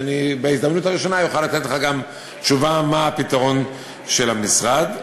ואני בהזדמנות הראשונה אוכל לתת לך גם תשובה מה הפתרון של המשרד.